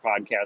podcast